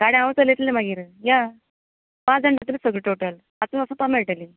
गाडी हांव चलयतलें मागीर या पाच जाणां आसतलीं सगळीं टोटल सो वचपाक मेळटलें